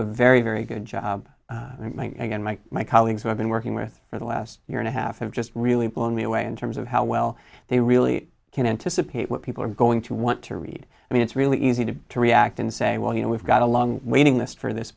a very very good job and my my colleagues who have been working with for the last year and a half of just really blew me away in terms of how well they really can anticipate what people are going to want to read i mean it's really easy to to react and say well you know we've got a long waiting list for this